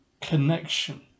connection